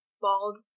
bald